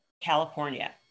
California